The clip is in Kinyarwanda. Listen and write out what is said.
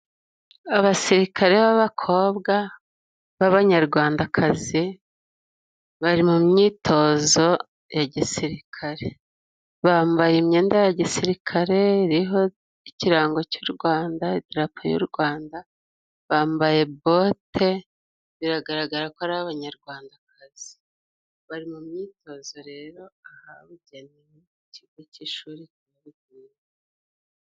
Abasirikare b'abakobwa b'abanyarwandakazi bari mu myitozo ya gisirikare, bambaye imyenda ya gisirikare iriho ikirango cy'u Rwanda, idarapo y'u Rwanda, bambaye bote biragaragara ko ari abanyarwandakazi, bari mu myitozo rero ahabugenewe ku kigo cy'ishuri.